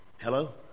Hello